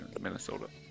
Minnesota